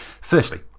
Firstly